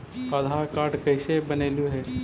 आधार card कईसे बनैलहु हे?